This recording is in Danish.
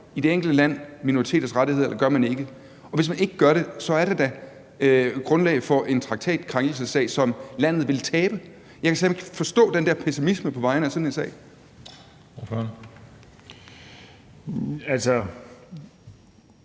i det enkelte land beskytter minoriteters rettigheder, eller om man ikke gør, og hvis ikke man gør det, er der da grundlag for en traktatkrænkelsessag, som landet vil tabe. Jeg kan slet ikke forstå den der pessimisme på vegne af sådan en sag. Kl.